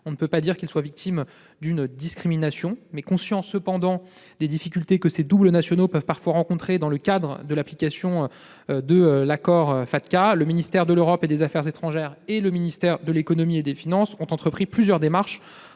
On ne peut pas dire qu'ils sont victimes d'une discrimination. Conscients, cependant, des difficultés que ces doubles nationaux peuvent parfois rencontrer dans le cadre de l'application de l'accord Fatca, le ministère de l'Europe et des affaires étrangères et le ministère de l'économie et des finances ont entrepris plusieurs démarches,